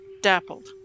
dappled